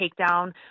takedown